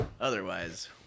Otherwise